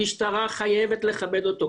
המשטרה חייבת לכבד אותו.